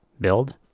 build